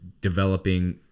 developing